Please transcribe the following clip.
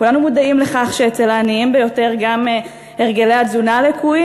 כולנו מודעים לכך שאצל העניים ביותר גם הרגלי התזונה לקויים,